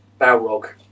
Balrog